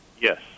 Yes